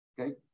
okay